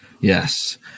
Yes